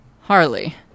Harley